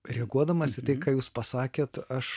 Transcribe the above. reaguodamas į tai ką jūs pasakėt aš